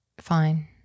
fine